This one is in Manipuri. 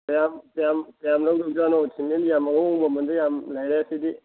ꯀꯌꯥꯝ ꯂꯧꯗꯣꯏꯖꯥꯠꯅꯣ ꯁꯤꯃꯦꯟ ꯌꯥꯝ ꯑꯍꯣꯡꯕ ꯃꯃꯟꯗ ꯌꯥꯝ ꯂꯩꯔꯦ ꯁꯤꯗꯤ